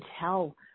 tell